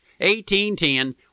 1810